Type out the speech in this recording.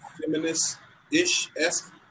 feminist-ish-esque